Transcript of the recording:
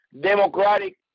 democratic